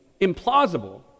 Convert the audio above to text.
implausible